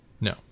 no